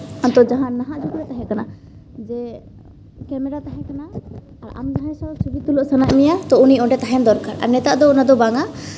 ᱟᱫ ᱡᱟᱦᱟᱸ ᱱᱟᱦᱟᱸᱜ ᱡᱩᱜᱽ ᱨᱮ ᱛᱟᱦᱮᱸ ᱠᱟᱱᱟ ᱡᱮ ᱠᱮᱢᱮᱨᱟ ᱛᱟᱦᱮᱸ ᱠᱟᱱᱟ ᱟᱨ ᱟᱢ ᱡᱟᱦᱟᱸᱭ ᱥᱟᱶ ᱪᱷᱚᱵᱤ ᱛᱩᱞᱟᱹᱣ ᱥᱟᱱᱟᱭᱮᱜ ᱢᱮᱭᱟ ᱛᱚ ᱩᱱᱤ ᱚᱸᱰᱮ ᱛᱟᱦᱮᱱ ᱫᱚᱨᱠᱟᱨ ᱟᱨ ᱱᱮᱛᱟᱨ ᱫᱚ ᱚᱱᱟᱫᱚ ᱵᱟᱝᱼᱟ